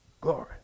Glory